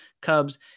Cubs